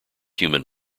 human